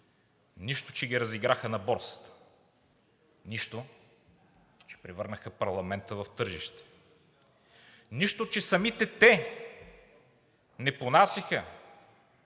нищо, че ги разиграха на борсата, нищо, че превърнаха парламента в тържище, нищо, че самите те не понасяха